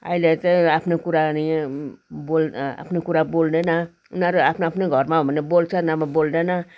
अहिले चाहिँ आफ्नो कुराहरू यहाँ बोल आफ्नो कुरा बोल्दैन उनीहरू आफ्नो आफ्नो घरमा हो भने बोल्छ नभए बोल्दैन